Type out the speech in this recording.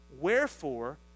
wherefore